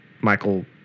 Michael